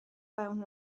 fewn